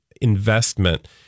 investment